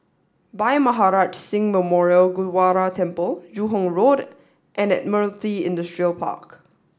Bhai Maharaj Singh Memorial Gurdwara Temple Joo Hong Road and Admiralty Industrial Park